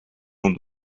ont